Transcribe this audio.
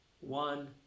One